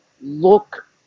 look